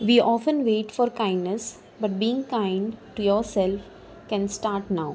V often wait for kindness but being kind to yourself can start now